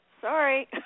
sorry